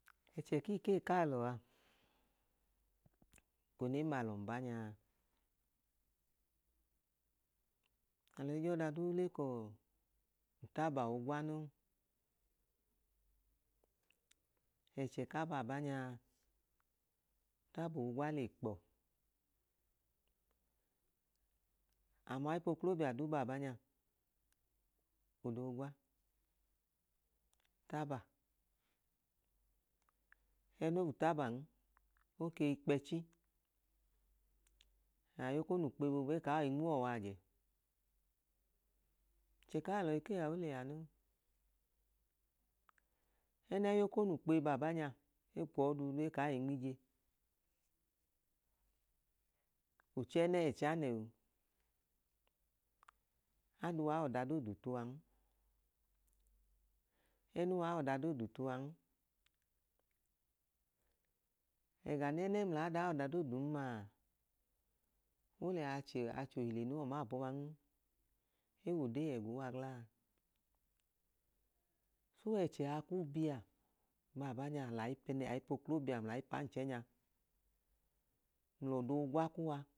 Ẹchẹ kiikei k'alọa ko ne m'alọ mbanyaa alọi j'ọdaduu le kọọ itaba ogwa non. ẹchẹ kabaabanyaa itaba ogwa le kpọ. Amai p'oklobia duu baabanya ọdoo gwa, taba ẹno w'utaban oke w'ikpẹchi, ay'okonu kpee boobu ekai nm'uwọ w'ajẹ ẹchẹ k'alọ ekei a oliya non ẹnẹ y'okonu kpee baabanya ekwọọ duulu ekai nm'ije. Ochẹnẹ ẹcha nẹo, aduwa iw'ọdadoodu tuwan, ẹnua iw'ọdadoodu tuwan ẹga nẹnẹ ml'ada iw'ọdadoodun maa, oliya achẹ achohile no w'omapuwan ew'odee ẹguwa gla? So ẹchẹ a ku biya baabanya lai pẹnẹ lai p'oklobia ml'aipanchẹnya ml'ọdoo gwa kuwa